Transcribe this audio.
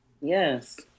Yes